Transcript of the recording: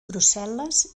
brussel·les